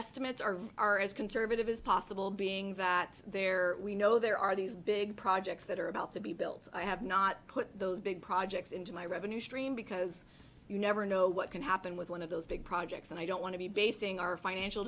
estimates are are as conservative as possible being that there are we know there are these big projects that are about to be built i have not put those big projects into my revenue stream because you never know what can happen with one of those big projects and i don't want to be basing our financial